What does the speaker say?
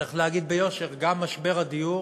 צריך להגיד ביושר, גם משבר הדיור